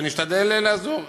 ונשתדל לעזור.